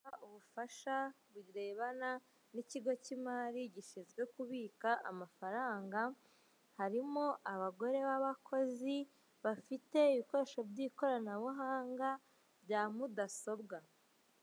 Aho baguha ubufasha burebana n'ikigo cy'imari gishinzwe kubika amafaranga ,harimo abagore b'abakozi bafite ibikoresho by'ikoranabuhanga bya mudasobwa.